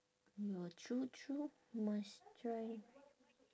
no true true must try